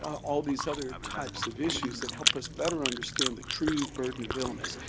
all these other types of issues that help us better understand the true burden of illness.